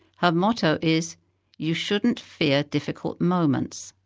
her motto is you shouldn't fear difficult moments.